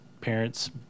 parents